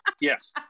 Yes